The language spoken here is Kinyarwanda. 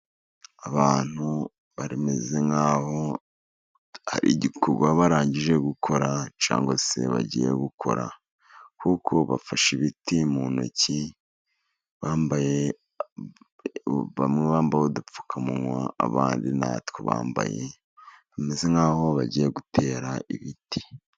Abantu bameze nkaho hari igikorwa barangije gukora cyangwa se bagiye gukora kuko bafashe ibiti mu ntoki, bambaye n'udupfukamunwa, abandi natwobambaye bameze nk'aho bagiye gutera ibiti.